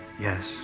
Yes